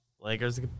Lakers